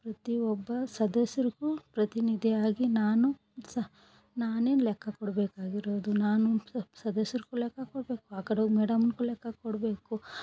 ಪ್ರತಿ ಒಬ್ಬ ಸದಸ್ಯರಿಗು ಪ್ರತಿನಿಧಿಯಾಗಿ ನಾನು ಸಹ ನಾನೇ ಲೆಕ್ಕ ಕೊಡಬೇಕಾಗಿರೋದು ನಾನು ಸದಸ್ಯರಿಗೂ ಲೆಕ್ಕ ಕೊಡಬೇಕು ಆ ಕಡೆ ಮೇಡಮ್ಗೂ ಲೆಕ್ಕ ಕೊಡಬೇಕು